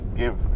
give